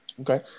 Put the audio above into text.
Okay